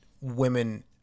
women